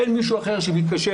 אין מישהו אחר שמתקשר,